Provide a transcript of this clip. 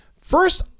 First